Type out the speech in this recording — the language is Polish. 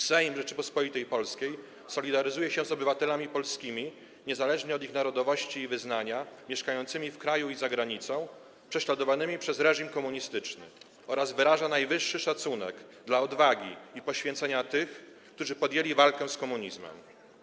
Sejm Rzeczypospolitej Polskiej solidaryzuje się z obywatelami polskimi, niezależnie od ich narodowości i wyznania, mieszkającymi w kraju i za granicą, prześladowanymi przez reżim komunistyczny oraz wyraża najwyższy szacunek dla odwagi i poświęcenia tych, którzy podjęli walkę z komunizmem”